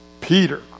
Peter